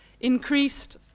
increased